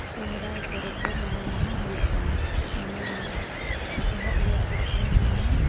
ᱥᱚᱦᱨᱟᱭ ᱯᱚᱨᱚᱵᱽ ᱫᱚ ᱢᱚᱬᱮ ᱢᱟᱦᱟ ᱦᱩᱭᱩᱜ ᱠᱟᱱᱟ ᱢᱚᱬᱮ ᱢᱟᱦᱟ ᱮᱦᱚᱵ ᱨᱮᱭᱟᱜ ᱫᱚ ᱩᱢ ᱢᱟᱦᱟ